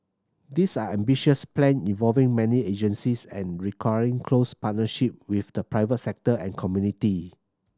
these are ambitious plans involving many agencies and requiring close partnership with the private sector and community